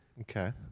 Okay